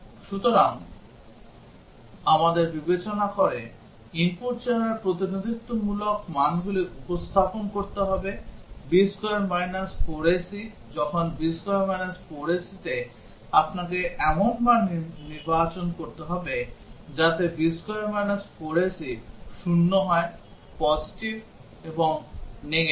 সুতরাং আমাদের বিবেচনা করে input চেহারার প্রতিনিধিত্বমূলক মানগুলি উপস্থাপন করতে হবে b2 4ac যখন b2 4ac আপনাকে এমন মান নির্বাচন করতে হবে যাতে b2 4ac 0 হয় পজিটিভ এবং নেগেটিভ